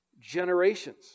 generations